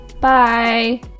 Bye